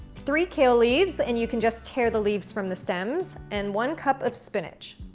three kale leaves and you can just tear the leaves from the stems and one cup of spinach.